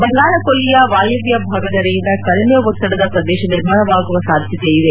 ಬಂಗಾಳ ಕೊಲ್ಲಿಯ ವಾಯವ್ಯ ಭಾಗದೆಡೆಯಿಂದ ಕಡಿಮೆ ಒತ್ತದದ ಪ್ರದೇಶ ನಿರ್ಮಾಣವಾಗುವ ಸಾಧ್ಯತೆ ಇದೆ